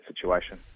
situation